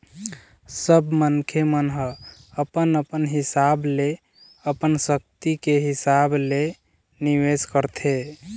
सब मनखे मन ह अपन अपन हिसाब ले अपन सक्ति के हिसाब ले निवेश करथे